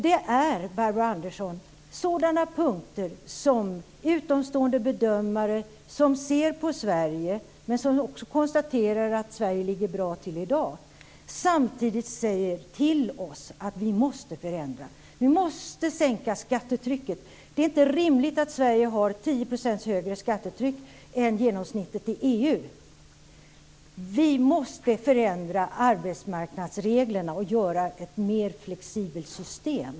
Det är, Barbro Andersson Öhrn, sådana punkter där utomstående bedömare ser på Sverige och konstaterar att Sverige ligger bra till i dag, samtidigt som de säger till oss att vi måste förändra. Vi måste sänka skattetrycket. Det är inte rimligt att Sverige har 10 % högre skattetryck är genomsnittet i EU. Vi måste förändra arbetsmarknadsreglerna och göra systemen mer flexibla.